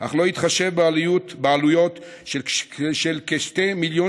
אך לא התחשב בעלויות של כ-2 מיליון